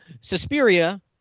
Suspiria